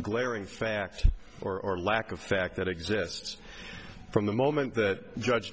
glaring fact or lack of fact that exists from the moment that judge